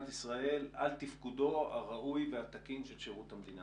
על תפקודו הראוי והתקין של שירות המדינה.